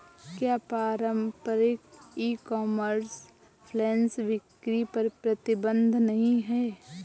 क्या पारंपरिक e commerce flash बिक्री पर प्रतिबंध नहीं है?